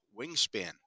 wingspan